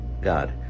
god